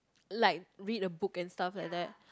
like read a book and stuff like that